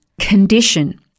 condition